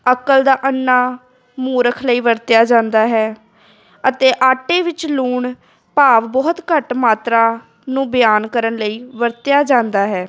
ਅਕਲ ਦਾ ਅੰਨਾ ਮੂਰਖ ਲਈ ਵਰਤਿਆ ਜਾਂਦਾ ਹੈ ਅਤੇ ਆਟੇ ਵਿੱਚ ਲੂਣ ਭਾਵ ਬਹੁਤ ਘੱਟ ਮਾਤਰਾ ਨੂੰ ਬਿਆਨ ਕਰਨ ਲਈ ਵਰਤਿਆ ਜਾਂਦਾ ਹੈ